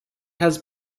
has